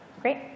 Great